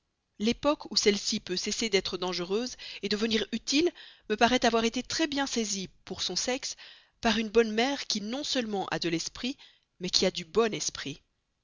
l'époque où celle-ci peut cesser d'être dangereuse devenir utile me paraît avoir été très bien saisie pour son sexe par une bonne mère qui non seulement a de l'esprit mais qui a du bon esprit